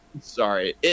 Sorry